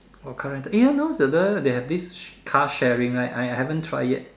or current ya eh you all know the they have this uh car sharing right I haven't try yet